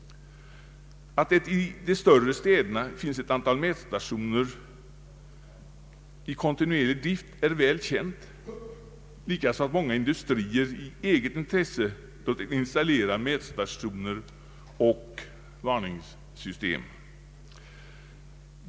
Att det i de större städerna finns ett antal mätstationer i kontinuerlig drift är väl känt, liksom att många industrier i eget intresse installerat mätstationer och varningssystem.